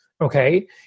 okay